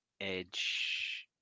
Edge